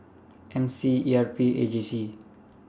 M C E R P and A J C